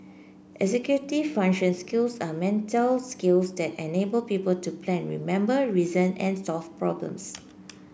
executive function skills are mental skills that enable people to plan remember reason and solve problems